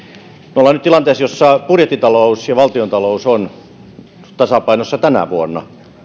olemme nyt tilanteessa jossa budjettitalous ja valtiontalous ovat tasapainossa tänä vuonna